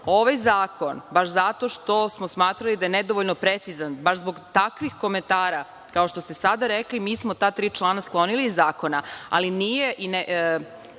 zakon, baš zato što smo smatrali da je nedovoljno precizan, baš zbog takvih komentara kao što ste sada rekli, mi smo ta tri člana sklonili iz zakona. Vrlo mi je